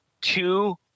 two